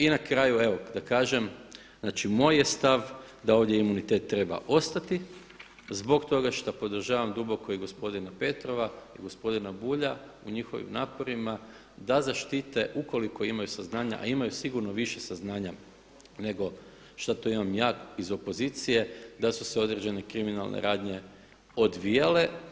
I na kraju evo da kažem znači moj je stav da ovdje imunitet treba ostati zbog toga što podržavam duboko i gospodina Petrova i gospodina Bulja u njihovim naporima da zaštite ukoliko imaju saznanja a imaju sigurno više saznanja nego što to imam ja iz opozicije da su se određene kriminalne radnje odvijale.